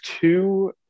two